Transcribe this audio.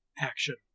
action